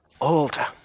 older